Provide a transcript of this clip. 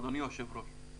אדוני היושב ראש.